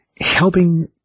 helping